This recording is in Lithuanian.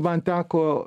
man teko